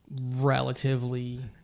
relatively